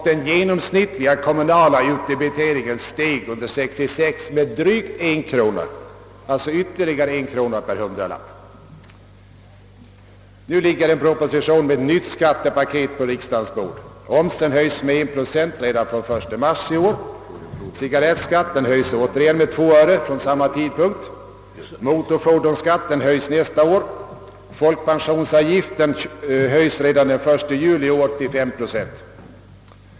Den genomsnittliga kommunala utdebiteringen steg under 1966 med ytterligare 1 krona per hundralapp. Nu ligger på riksdagens bord en proposition med ett nytt skattepaket. Omsen höjs med 1 procent redan från 1 mars i år, cigarettskatten höjs åter med 2 öre fr.o.m. samma tidpunkt, motorfordonsskatten höjs nästa år, folkpensionsavgiften höjs från 4 till 5 procent fr.o.m. 1 juli i år.